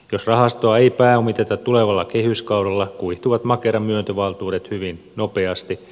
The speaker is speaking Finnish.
jos rahastoa ei pääomiteta tulevalla kehyskaudella kuihtuvat makeran myöntövaltuudet hyvin nopeasti